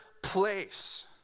place